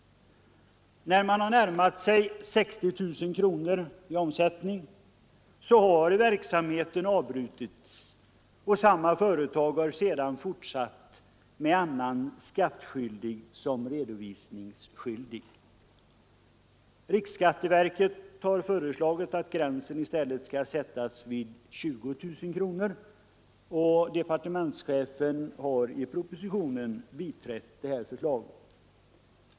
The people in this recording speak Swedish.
När man har närmat sig 60 000 kronor i omsättning har verksamheten avbrutits och samma företag har sedan fortsatt men med annan skattskyldig som redovisningsskyldig. Riksskatteverket har föreslagit att gränsen i stället skall sättas vid 20 000 kronor, och departementschefen har i propositionen biträtt detta förslag.